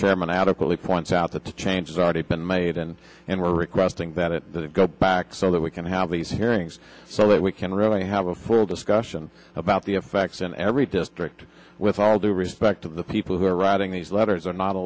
chairman adequately points out that the changes already been made and and we're requesting that it go back so that we can have these hearings so that we can really have a full discussion about the effects in every district with all due respect of the people who are writing these letters are not